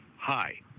Hi